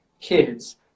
kids